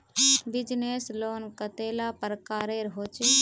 Business loan कतेला प्रकारेर होचे?